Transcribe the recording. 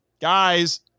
guys